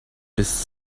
bis